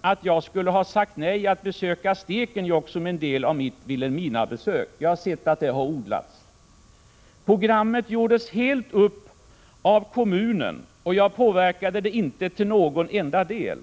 att jag skulle ha sagt nej till att besöka Stekenjokk vid mitt Vilhelminabesök. Jag har erfarit att man har sagt det, men det är lögn. Programmet för mitt besök gjordes upp helt av kommunen och jag påverkade det inte till någon enda del.